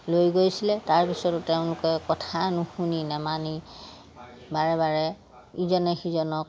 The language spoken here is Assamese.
লৈ গৈছিলে তাৰপিছতো তেওঁলোকে কথা নুশুনি নেমানি বাৰে বাৰে ইজনে সিজনক